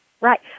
Right